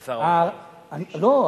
לא,